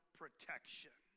protection